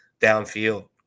downfield